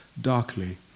darkly